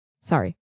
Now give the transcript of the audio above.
Sorry